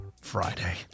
Friday